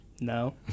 no